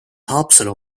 haapsalu